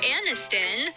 Aniston